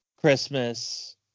Christmas